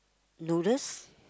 noodles